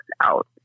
out